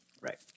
Right